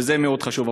וזה חשוב מאוד.